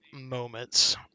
moments